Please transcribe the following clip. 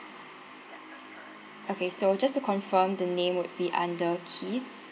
okay so just to confirm the name would be under keith